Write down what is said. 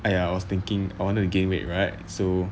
!aiya! I was thinking I want to gain weight right so